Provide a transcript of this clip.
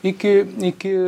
iki iki